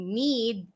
need